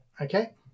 Okay